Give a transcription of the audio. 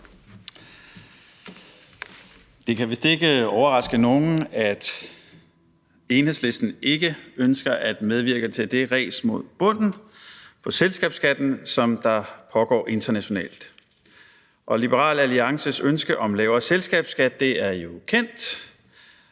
Det kan vist ikke overraske nogen, at Enhedslisten ikke ønsker at medvirke til det ræs mod bunden for selskabsskatten, som pågår internationalt. Og Liberal Alliances ønske om en lavere selskabsskat er jo kendt.